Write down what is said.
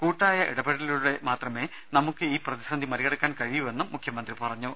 കൂട്ടായ ഇടപെടലിലൂടെ മാത്രമേ നമുക്ക് ഈ പ്രതിസന്ധി മറികടക്കാൻ കഴിയൂവെന്നും മുഖ്യമന്ത്രി പറഞ്ഞു